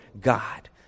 God